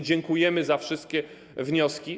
Dziękujemy za wszystkie wnioski.